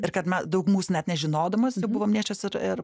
ir kad me daug mūsų net nežinodamos jau buvom nėščios ir ir